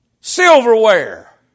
Silverware